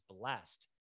blessed